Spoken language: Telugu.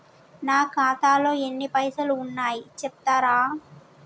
నా ఖాతాలో ఎన్ని పైసలు ఉన్నాయి చెప్తరా?